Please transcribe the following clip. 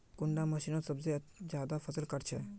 कुंडा मशीनोत सबसे ज्यादा फसल काट छै?